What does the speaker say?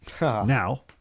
Now